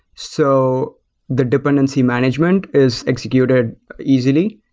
so the dependency management is executed easily,